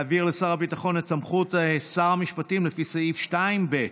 להעביר לשר הביטחון את סמכות שר המשפטים לפי סעיף 2(ב).